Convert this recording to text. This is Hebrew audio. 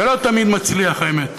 ולא תמיד מצליח, האמת,